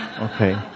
Okay